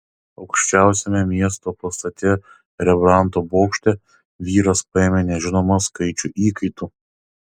aukščiausiame miesto pastate rembrandto bokšte vyras paėmė nežinomą skaičių įkaitų